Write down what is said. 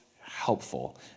helpful